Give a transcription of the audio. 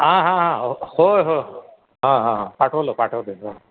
हां हां हां होय हो पाठवलं पाठवते